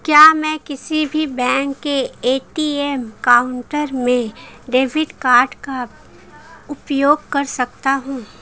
क्या मैं किसी भी बैंक के ए.टी.एम काउंटर में डेबिट कार्ड का उपयोग कर सकता हूं?